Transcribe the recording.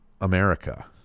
America